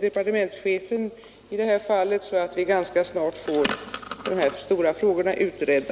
departementschefen i det här fallet, så att vi ganska snart får dessa stora frågor utredda.